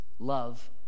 Love